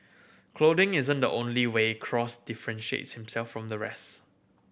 clothing isn't the only way Cross differentiates himself from the rest